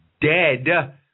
dead